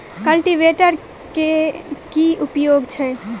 Cultivator केँ की उपयोग छैक?